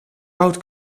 out